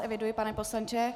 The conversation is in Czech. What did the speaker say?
Eviduji vás, pane poslanče.